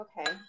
okay